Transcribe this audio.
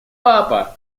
папа